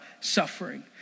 suffering